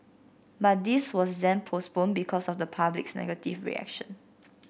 but this was then postponed because of the public's negative reaction